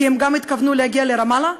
כי הם גם התכוונו להגיע לרמאללה,